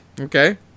Okay